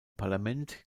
parlament